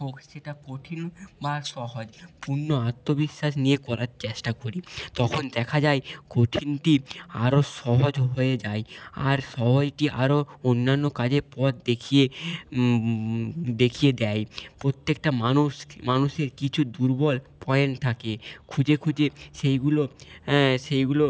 হোক সেটা কঠিন বা সহজ পূর্ণ আত্মবিশ্বাস নিয়ে করার চেষ্টা করি তখন দেখা যায় কঠিনটি আরও সহজ হয়ে যায় আর সবাইকে আরো অন্যান্য কাজে পথ দেখিয়ে দেখিয়ে দেয় প্রত্যেকটা মানুষ মানুষের কিছু দুর্বল পয়েন্ট থাকে খুঁজে খুঁজে সেইগুলো সেইগুলো